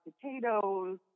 potatoes